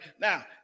Now